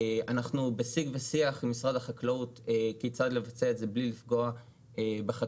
אנחנו בשיג ובשיח עם משרד החקלאות כיצד לבצע את זה מבלי לפגוע בחקלאות,